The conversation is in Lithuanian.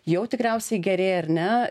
jau tikriausiai gerėja ar ne